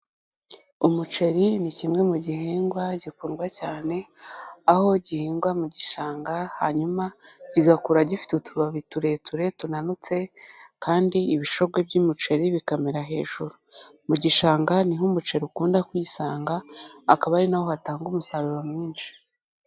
Umuceri ni kimwe mu gihingwa gikundwa cyane, aho gihingwa mu gishanga hanyuma kigakura gifite utubabi tureture tunanutse kandi ibishogwe by'umuceri bikamera hejuru. Mu gishanga ni ho umuceri ukunda kwisanga, akaba ari na ho hatanga umusaruro mwinshi.